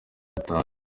bitatu